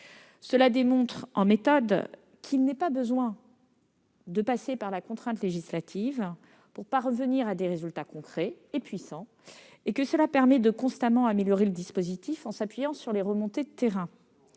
Cela démontre qu'il n'est pas besoin de passer par la contrainte législative pour parvenir à des résultats concrets et puissants, et que le dispositif peut être amélioré constamment en s'appuyant sur les remontées de terrain.